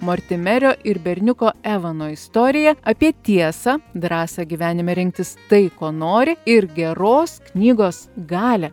mortimerio ir berniuko evano istorija apie tiesą drąsą gyvenime rinktis tai ko nori ir geros knygos galią